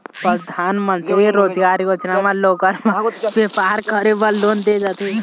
परधानमंतरी रोजगार योजना म लोगन ल बेपार करे बर लोन दे जाथे